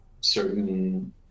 certain